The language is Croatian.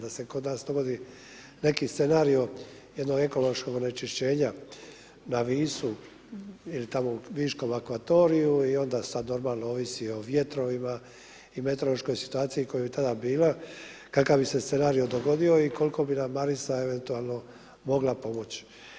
Da se kod nas dogodi neki scenario jednog ekološkog onečišćenja na Visu ili tamo u viškom akvatoriju i onda sad normalno ovisi o vjetrovima i meteorološkoj situaciji koja je tada bila, kakav bi se scenario dogodio i koliko bi nam Marisa eventualno mogla pomoći.